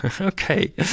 Okay